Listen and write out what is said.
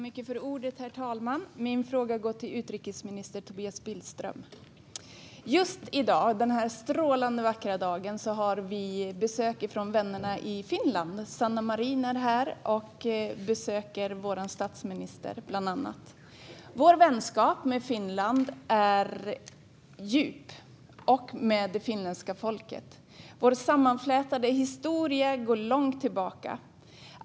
Herr talman! Min fråga går till utrikesminister Tobias Billström. Just i dag, denna strålande vackra dag, har vi besök från vännerna i Finland. Sanna Marin är här och besöker bland andra vår statsminister. Vår vänskap med Finland och med det finländska folket är djup. Sveriges och Finlands sammanflätade historia går långt tillbaka.